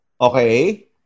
Okay